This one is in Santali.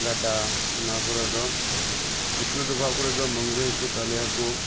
ᱜᱟᱰᱟ ᱚᱱᱟᱠᱚᱨᱮᱫᱚ ᱯᱩᱠᱷᱨᱤ ᱰᱚᱵᱦᱟᱜ ᱠᱚᱨᱮᱫᱚ ᱢᱟᱹᱝᱜᱨᱤ ᱦᱟᱠᱩ ᱛᱟᱞᱮ ᱦᱟᱹᱠᱩ